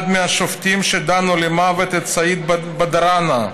אחד השופטים שדנו למוות את סעיד בדארנה,